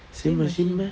same machine meh